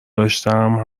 داشتم